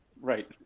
Right